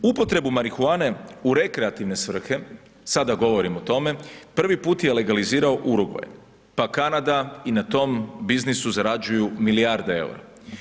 Upotrebu marihuane u rekreativne svrhe, sada govorim o tome, prvi put je legalizirao Urugvaj pa Kanada i na tom biznisu zarađuju milijarde eura.